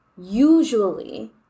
usually